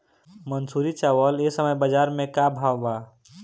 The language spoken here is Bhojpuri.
मंसूरी चावल एह समय बजार में का भाव बा?